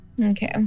Okay